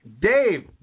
Dave